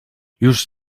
już